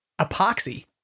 epoxy